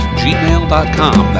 gmail.com